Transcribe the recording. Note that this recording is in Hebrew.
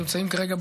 ונמצאים כרגע,